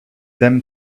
them